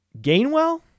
Gainwell